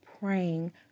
praying